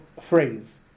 phrase